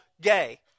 gay